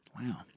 wow